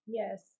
yes